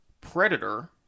predator